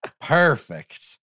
Perfect